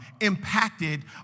impacted